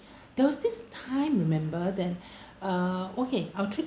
there was this time remember then ah okay our trip